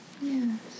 Yes